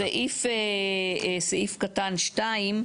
בסעיף קטן (2),